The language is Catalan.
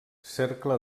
cercle